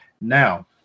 Now